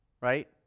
right